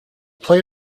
play